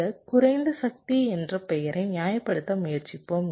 இந்த குறைந்த சக்தி என்ற பெயரை நியாயப்படுத்த முயற்சிப்போம்